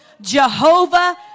Jehovah